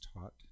taught